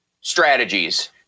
strategies